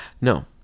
No